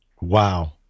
Wow